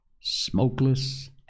smokeless